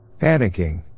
Panicking